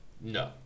No